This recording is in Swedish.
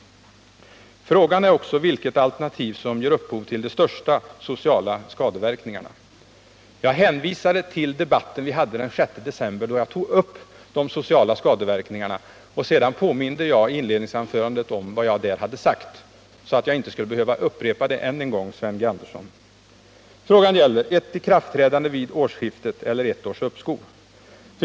Frågan är också vilket alternativ som ger upphov till de största sociala skadeverkningarna. Jag hänvisade till den debatt vi hade den 6 december 1977, där jag tog upp de sociala skadeverkningarna, och sedan påminde jag i inledningsanförandet om vad jag då hade sagt så att jag inte skulle behöva upprepa det än en gång, Sven G. Andersson. Frågan gäller ett ikraftträdande vid årsskiftet eller ett års uppskov.